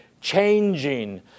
changing